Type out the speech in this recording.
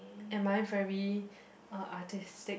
am I very uh artistic